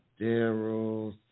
Daryl